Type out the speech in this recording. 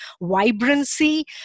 vibrancy